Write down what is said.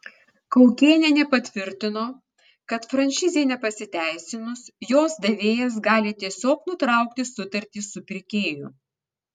kaukėnienė patvirtino kad franšizei nepasiteisinus jos davėjas gali tiesiog nutraukti sutartį su pirkėju